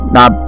Now